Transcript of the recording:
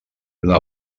una